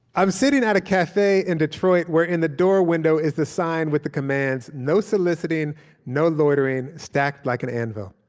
i'm sitting at a cafe in detroit where in the door window is the sign with the commands no soliciting no loitering stacked like an anvil.